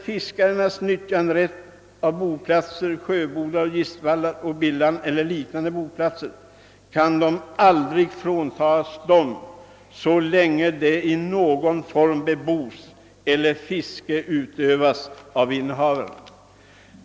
Fiskarnas nyttjanderätt till boplatser, sjöbodar och gistvallar å Bilhamn eller liknande boplatser kan aldrig fråntagas dem så länge platserna i fråga i någon form bebos eller fiske utövas av innehavarna.